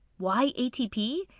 why atp?